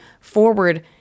forward